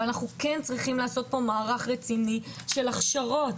אבל אנחנו כן צריכים לעשות פה מערך רציני של הכשרות,